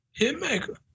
Hitmaker